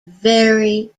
very